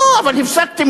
אתה מוזמן לסיים.